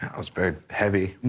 was very heavy.